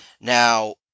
Now